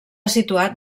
situat